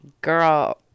girl